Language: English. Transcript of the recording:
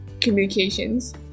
communications